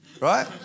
right